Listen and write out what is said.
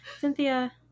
Cynthia